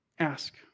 Ask